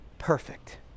perfect